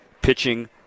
Pitching